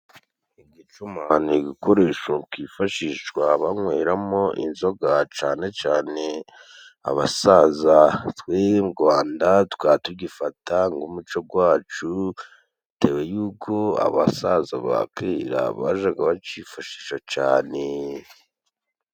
igicuma ni igikoresho kifashishwa banyweramo inzoga, cane cane abasaza. twebwe i Rwanda tukaba tugifata nk'umuco gwacu bitewe y'uko abasaza ba kera bajaga bacifashisha cane.